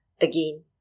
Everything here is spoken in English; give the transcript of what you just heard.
Again